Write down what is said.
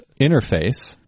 interface